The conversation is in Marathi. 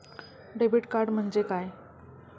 डेबिट कार्ड म्हणजे काय?